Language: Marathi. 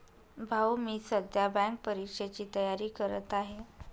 भाऊ मी सध्या बँक परीक्षेची तयारी करत आहे